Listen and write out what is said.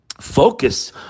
focus